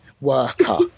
worker